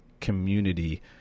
community